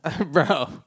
Bro